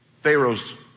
Pharaoh's